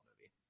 movie